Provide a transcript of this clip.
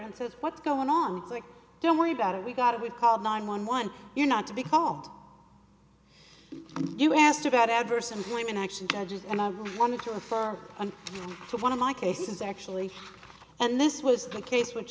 and says what's going on don't worry about it we got it we called nine one one you not to because you asked about adverse employment action judges and i wanted to refer to one of my cases actually and this was the case which